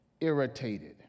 irritated